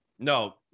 No